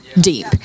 deep